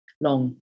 long